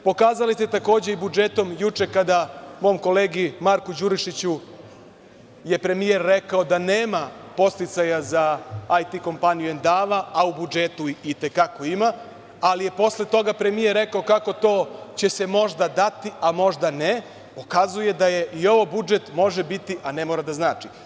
Pokazali ste, takođe, i budžetom juče kada mom kolegi Marku Đurišiću je premijer rekao da nema podsticaja za IT kompaniju ''Endava''', a u budžetu itekako ima, ali je posle toga premijer rekao kako to će se možda dati, a možda ne, pokazuje da je i ovo budžet, a ne mora da znači.